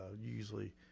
usually